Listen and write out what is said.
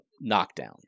knockdown